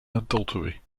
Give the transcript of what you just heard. adultery